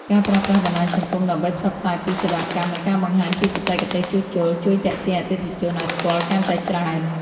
ការប្រើប្រាស់បណ្តាញសង្គមដើម្បីផ្សព្វផ្សាយពីសេវាកម្ម និងការបង្ហាញពីបច្ចេកទេសជួសជុល ជួយទាក់ទាញអតិថិជនឱ្យស្គាល់កាន់តែច្រើន។